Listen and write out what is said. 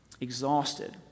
Exhausted